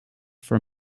for